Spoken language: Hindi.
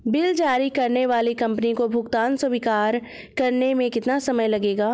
बिल जारी करने वाली कंपनी को भुगतान स्वीकार करने में कितना समय लगेगा?